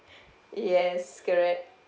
yes correct